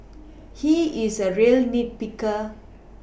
he is a real nit picker